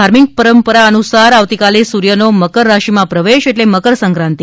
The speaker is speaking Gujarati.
ધાર્મિક પરંપરા અનુસાર આવતીકાલે સૂર્યનો મકર રાશિમાં પ્રવેશ એટલે મકરસંકાંતિ